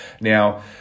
Now